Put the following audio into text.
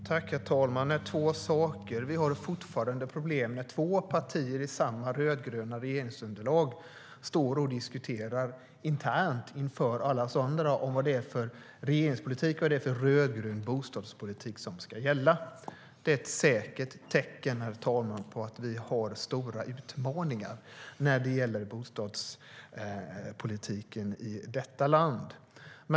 Herr talman! Jag ska ta upp två saker. Vi har fortfarande problem med två partier i samma rödgröna regeringsunderlag som står och diskuterar internt inför alla oss andra vad det är för regeringspolitik och rödgrön bostadspolitik som ska gälla. Det är ett säkert tecken, herr talman, på att vi har stora utmaningar när det gäller bostadspolitiken i detta land.